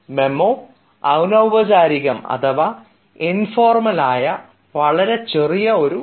memo അനൌപചാരികം അഥവാ informal ആയ വളരെ ചെറിയ ഒരു ഡോക്യുമെൻറാണ്